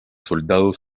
soldados